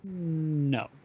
No